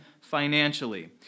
financially